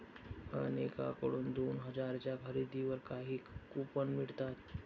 अनेकांकडून दोन हजारांच्या खरेदीवर काही कूपन मिळतात